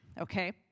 okay